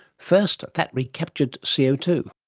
first, that recaptured c o two.